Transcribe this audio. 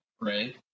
right